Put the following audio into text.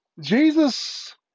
Jesus